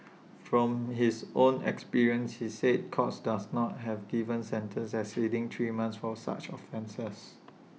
from his own experience he said courts dose not have given sentences exceeding three months for such offences